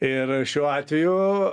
ir šiuo atveju